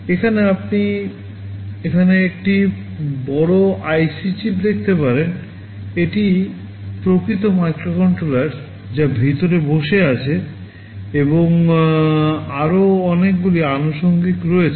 এখানে আপনি এখানে একটি বড় আইসি চিপ দেখতে পারেন এটি প্রকৃত মাইক্রোকন্ট্রোলার যা ভিতরে বসে আছে এবং আরও অনেকগুলি আনুষাঙ্গিক রয়েছে